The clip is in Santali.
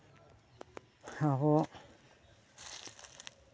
ᱟᱵᱚ